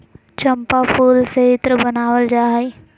चम्पा फूल से इत्र बनावल जा हइ